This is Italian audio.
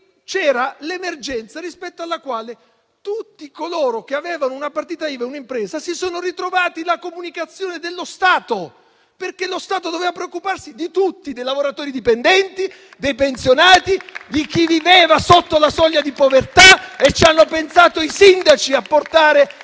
c'era l'emergenza, rispetto alla quale tutti coloro che avevano una partita IVA ed un'impresa si sono ritrovati la comunicazione dello Stato. Lo Stato doveva preoccuparsi di tutti: dei lavoratori dipendenti, dei pensionati, di chi viveva sotto la soglia di povertà. E ci hanno pensato i sindaci a portare